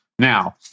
Now